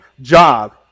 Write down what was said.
job